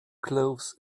cloths